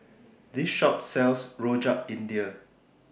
This Shop sells Rojak India